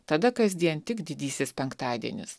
tada kasdien tik didysis penktadienis